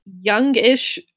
youngish